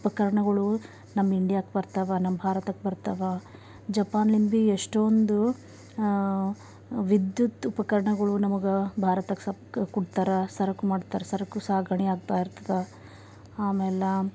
ಉಪಕರಣಗಳು ನಮ್ಮ ಇಂಡಿಯಾಕ್ಕೆ ಬರ್ತವೆ ನಮ್ಮ ಭಾರತಕ್ಕೆ ಬರ್ತವೆ ಜಪಾನ್ಲಿಂದ ಭೀ ಎಷ್ಟೊಂದು ವಿದ್ಯುತ್ ಉಪಕರಣಗಳು ನಮಗೆ ಭಾರತಕ್ಕೆ ಸಪ್ ಕೊಡ್ತಾರ ಸರಕು ಮಾಡ್ತಾರೆ ಸರಕು ಸಾಗಣೆ ಆಗ್ತಾಯಿರ್ತದೆ ಆಮೇಲೆ